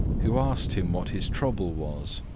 who asked him what his trouble was.